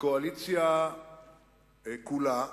האופוזיציה כולה,